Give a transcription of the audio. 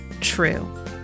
true